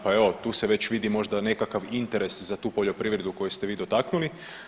Pa evo tu se već vidi možda nekakav interes za tu poljoprivredu koju ste vi dotaknuli.